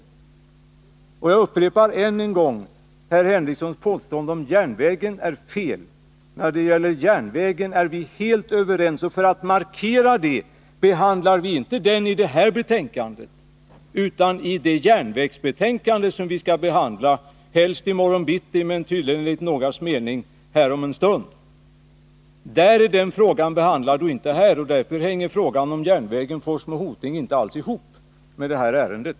Och jag upprepar än en gång: Herr Henricssons påstående om järnvägen är felaktigt. När det gäller järnvägen är vi helt överens, och för att markera det behandlar vi inte den i det här betänkandet utan i det järnvägsbetänkande som vi skall diskutera, helst i morgon bitti men enligt någras mening tydligen om en stund. Det är där den frågan behandlas och inte här, och därför hänger frågan om järnvägen Forsmo-Hoting inte alls ihop med det här ärendet.